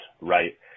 right